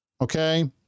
Okay